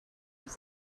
was